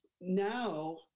now